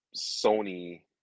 Sony